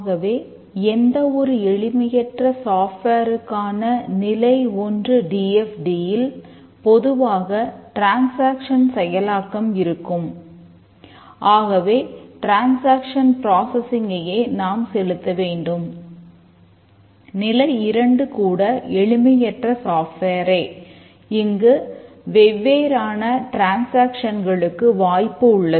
ஆகவே எந்த ஒரு எளிமையற்ற சாப்ட்வேருக்கான வாய்ப்பு உள்ளது